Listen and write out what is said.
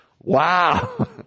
Wow